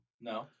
No